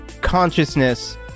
consciousness